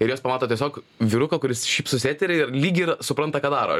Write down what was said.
ir jos pamato tiesiog vyruką kuris šypsosi eteryje ir lyg ir supranta ką daro